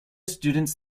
students